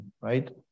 Right